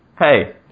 hey